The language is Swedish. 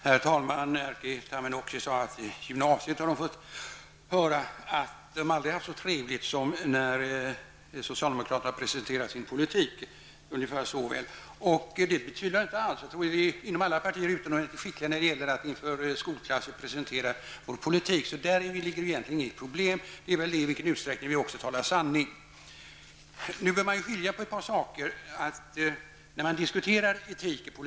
Herr talman! Erik Tammenoksa sade att man i gymnasiet aldrig har haft så trevligt som när socialdemokraterna presenterade sin politik. Det betvivlar jag inte alls. Jag tror att vi inom alla partier är utomordentligt skickliga på att inför skolklasser presentera vår politik. Där finns det egentligen inte några problem. I stället är det väl i vilken utsträckning vi talar sanning. När man diskuterar etik i politiken bör man skilja på några saker.